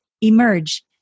emerge